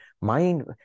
Mind